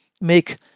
make